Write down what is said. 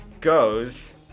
goes